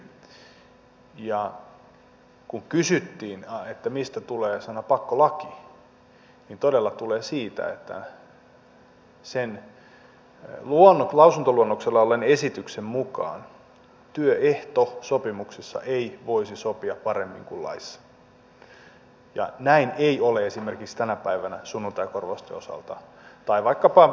ja kun kysyttiin mistä tulee sana pakkolaki niin todella se tulee siitä että sen lausuntoluonnoksella olleen esityksen mukaan työehtosopimuksessa ei voisi sopia paremmin kuin laissa ja näin ei ole esimerkiksi tänä päivänä sunnuntaikorvausten osalta tai vaikkapa virkaehtosopimusten osalta